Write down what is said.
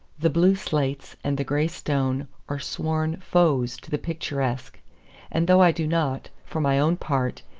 the blue slates and the gray stone are sworn foes to the picturesque and though i do not, for my own part,